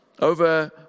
over